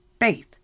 faith